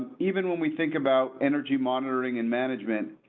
even when we think about energy monitoring and management,